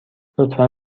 لطفا